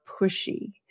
pushy